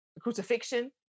crucifixion